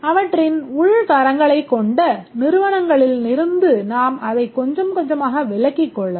அவற்றின் உள் தரங்களைக் கொண்ட நிறுவனங்களிலிருந்து நாம் அதை கொஞ்சம் கொஞ்சமாக விலக்கிக் கொள்ளலாம்